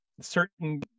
certain